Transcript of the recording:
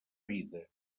vida